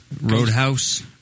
Roadhouse